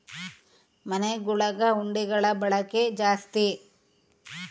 ಮನೆಗುಳಗ ಹುಂಡಿಗುಳ ಬಳಕೆ ಜಾಸ್ತಿ